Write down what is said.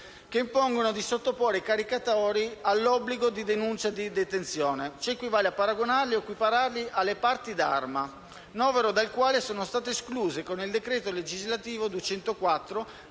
che impongono di sottoporre i caricatori all'obbligo di denuncia di detenzione. Ciò equivale a paragonarli o equipararli alle «parti d'arma», novero dal quale sono state escluse con il decreto legislativo n.